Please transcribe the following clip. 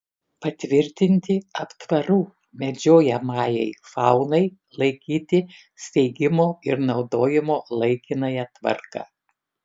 patvirtinti aptvarų medžiojamajai faunai laikyti steigimo ir naudojimo laikinąją tvarką